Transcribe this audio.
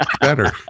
better